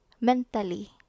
mentally